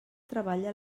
treballa